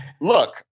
Look